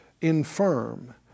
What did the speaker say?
infirm